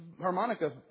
harmonica